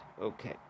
Okay